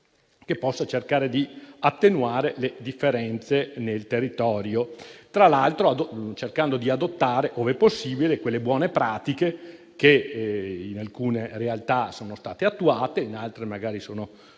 che possa cercare di attenuare le differenze sul territorio, tra l'altro cercando di adottare, ove possibile, le buone pratiche che in alcune realtà sono state attuate e in altre magari sono